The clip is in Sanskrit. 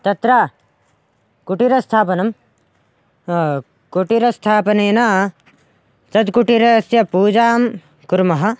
तत्र कुटीरस्थापनं कुटीरस्थापनेन तत्कुटीरस्य पूजां कुर्मः